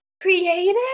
creative